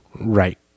right